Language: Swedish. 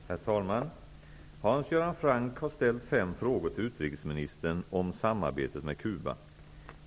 Herr talman! Hans Göran Franck har ställt fem frågor till utrikesministern om samarbetet med Cuba.